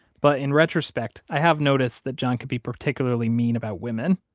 but in retrospect, i have noticed that john can be particularly mean about women.